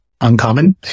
uncommon